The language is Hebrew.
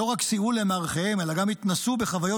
שלא רק סייעו למארחיהם אלא גם התנסו בחוויות